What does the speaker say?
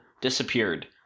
disappeared